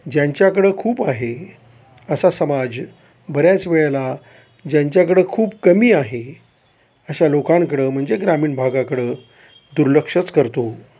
ज्यांच्याकडं खूप आहे असा समाज बऱ्याच वेळेला ज्यांच्याकडं खूप कमी आहे अशा लोकांकडं म्हणजे ग्रामीण भागाकडं दुर्लक्षच करतो